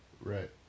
Right